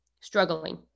struggling